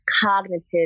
cognitive